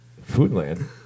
Foodland